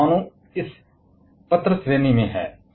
और परमाणु इस पत्र श्रेणी में है